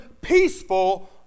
peaceful